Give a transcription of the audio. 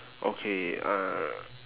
okay uh